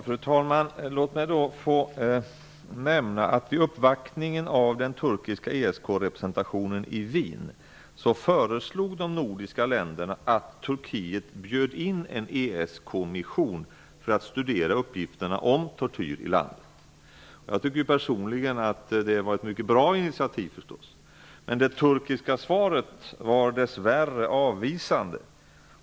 Fru talman! Låt mig få nämna att de nordiska länderna vid uppvaktningen av den turkiska ESK representationen i Wien föreslog att Turkiet skulle bjuda in en ESK-mission med syfte att studera uppgifterna om tortyr i landet. Jag tycker personligen att det var ett mycket bra initiativ. Men det turkiska svaret var dess värre avvisande.